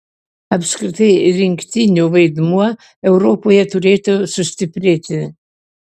apskritai rinktinių vaidmuo europoje turėtų sustiprėti